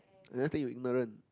I never say you ignorant